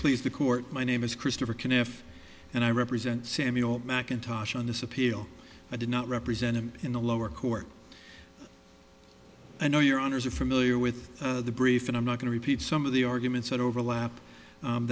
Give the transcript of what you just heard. please the court my name is christopher can if and i represent samuel mcintosh on this appeal i do not represent him in the lower court i know your honors are familiar with the brief and i'm not going to repeat some of the arguments that overlap